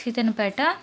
Seethannapeta